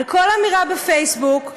על כל אמירה בפייסבוק,